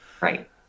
Right